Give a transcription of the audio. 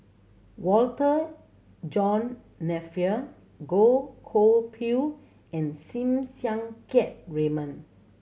Walter John Napier Goh Koh Pui and Sim Siang Keat Raymond